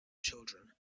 children